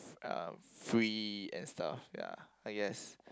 uh free and stuff ya I guess